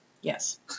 Yes